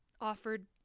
offered